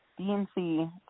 DNC